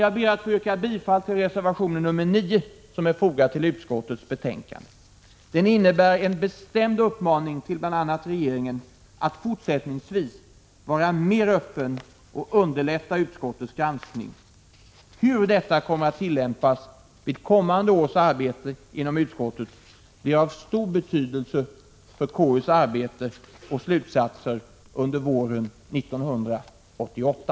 Jag ber att få yrka bifall till reservation 9 som är fogad till utskottets betänkande. Den innebär en bestämd uppmaning till bl.a. regeringen att fortsättningsvis vara mer öppen och underlätta utskottets granskning. Hur detta kommer att tillämpas vid kommande års arbete inom utskottet blir av stor betydelse för konstitutionsutskottets arbete och slutsatser under våren 1988.